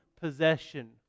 possession